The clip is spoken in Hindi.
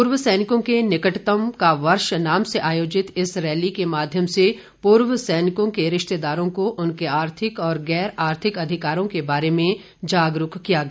पूर्व सैनिकों के निकटतम का वर्ष नाम से आयोजित इस रैली के माध्यम से पूर्व सैनिक के रिश्तेदारों को उनके आर्थिक और गैर आर्थिक अधिकारों के बारे में जागरूक किया गया